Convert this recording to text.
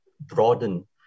broaden